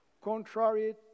contrary